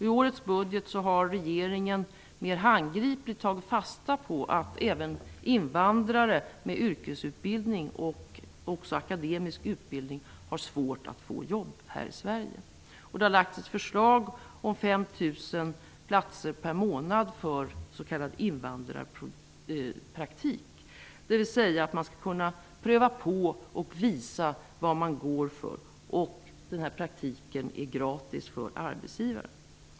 I årets budget har regeringen mer handgripligt tagit fasta på att även invandrare med yrkesutbildning och akademisk utbildning har svårt att få jobb här i Sverige. Det har lagts fram ett förslag om 5 000 platser per månad för s.k. invandrarpraktik, dvs. att man skall kunna pröva på och visa vad man går för. Den här praktiken är gratis för arbetsgivare.